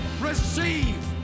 receive